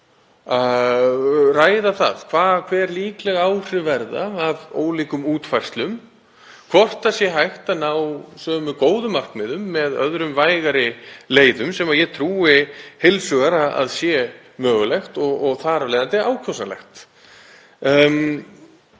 að ræða hver líkleg áhrif verða af ólíkum útfærslum og hvort það sé hægt að ná sömu góðu markmiðum með öðrum vægari leiðum, sem ég trúi heils hugar að sé mögulegt og þar af leiðandi ákjósanlegt.